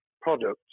products